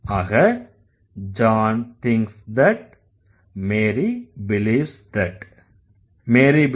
ஆக John thinks that Mary believes that